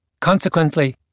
Consequently